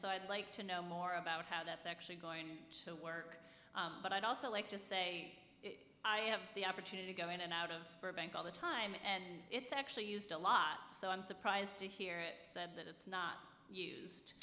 so i'd like to know more about how that's actually going to work but i'd also like to say i have the opportunity to go in and out of burbank all the time and it's actually used a lot so i'm surprised to hear it said that it's not used